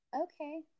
Okay